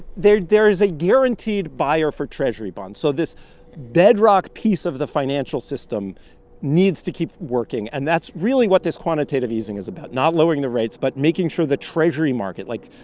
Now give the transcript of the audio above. there there is a guaranteed buyer for treasury bonds. so this bedrock piece of the financial system needs to keep working. and that's really what this quantitative easing is about not lowering the rates, but making sure the treasury market like,